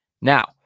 Now